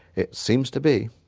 it seems to be,